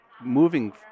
moving